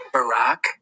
Barack